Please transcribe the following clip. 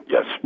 Yes